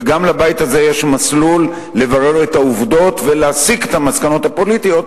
וגם לבית הזה יש מסלול לברר את העובדות ולהסיק את המסקנות הפוליטיות.